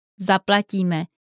Zaplatíme